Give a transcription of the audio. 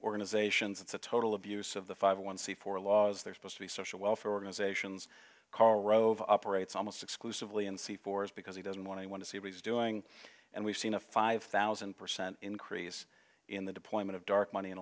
organizations it's a total abuse of the five one c four laws they're supposed to be social welfare organizations karl rove operates almost exclusively in c fours because he doesn't want anyone to see what he's doing and we've seen a five thousand percent increase in the deployment of dark money in